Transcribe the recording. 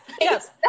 yes